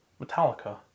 Metallica